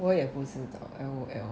我也不知道 L_O_L